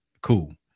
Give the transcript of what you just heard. cool